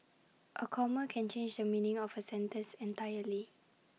A comma can change the meaning of A sentence entirely